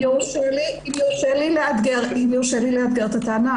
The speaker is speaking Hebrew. אם יורשה לי לאתגר את הטענה.